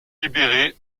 libéré